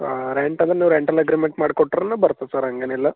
ಹಾಂ ರೆಂಟ್ ಅಂದರೆ ನೀವು ರೆಂಟಲ್ ಅಗ್ರಿಮೆಂಟ್ ಮಾಡಿಕೊಟ್ಟರೂ ಬರ್ತದೆ ಸರ್ ಹಂಗೇನಿಲ್ಲ